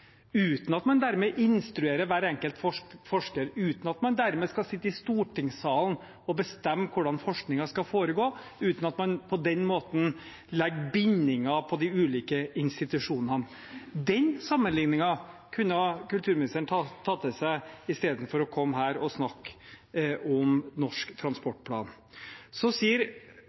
uten at man dermed instruerer hver enkelt forsker, uten at man dermed skal sitte i stortingssalen og bestemme hvordan forskningen skal foregå, og uten at man på den måten legger bindinger på de ulike institusjonene. Den sammenlikningen kunne kulturministeren tatt til seg i stedet for å snakke om nasjonal transportplan. Så sier